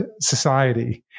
society